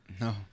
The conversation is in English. No